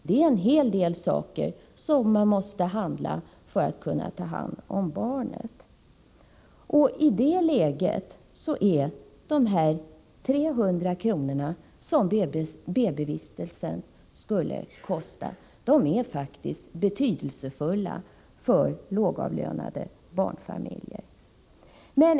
Det är en hel del saker som man måste handla för att kunna ta hand om barnet. I det läget är de 300 kr. som BB-vistelsen skulle kosta faktiskt betydelsefulla för lågavlönade barnfamiljer.